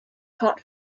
caught